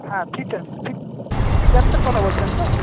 হ্যাঁ ফিচার্স ফিচার্সের কথা বলছেন তো